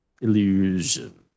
illusion